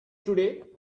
today